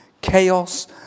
chaos